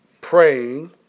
praying